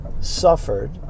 suffered